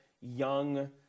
young